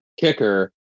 kicker